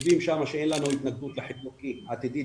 כותבים שם שאין לנו התנגדות לחיבור עתידי,